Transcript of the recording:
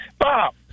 Bob